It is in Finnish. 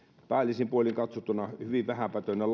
päällisin puolin katsottuna hyvin vähäpätöinen